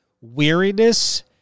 weariness